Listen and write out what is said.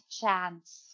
chance